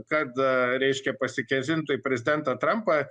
kad reiškia pasikėsintų į prezidentą trampą